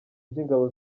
by’ingabo